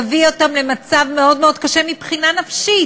יביא אותם למצב מאוד מאוד קשה מבחינה נפשית.